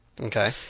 Okay